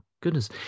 goodness